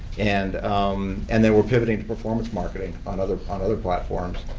and um and then we're pivoting to performance marketing on other on other platforms.